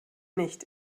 nicht